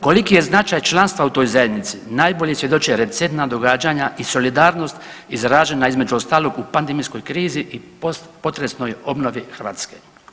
Koliki je značaj članstva u toj zajednici najbolje svjedoče recentna događanja i solidarnost izražena između ostalog u pandemijskoj krizi i post potresnoj obnovi Hrvatske.